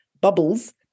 bubbles